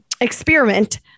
Experiment